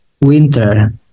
winter